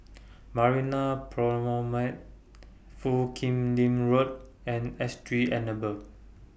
Marina Promenade Foo Kim Lin Road and S G Enable